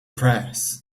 press